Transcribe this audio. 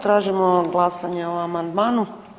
Tražimo glasanje o amandmanu.